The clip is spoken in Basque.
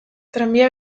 tranbia